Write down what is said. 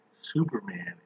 Superman